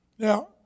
Now